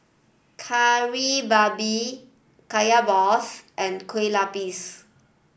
Kari Babi Kaya Balls and Kue Lupis